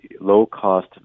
low-cost